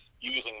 using